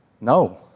No